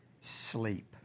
sleep